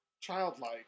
childlike